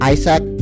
Isaac